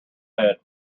head